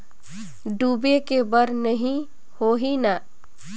डूबे के बर नहीं होही न?